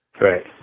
right